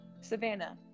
savannah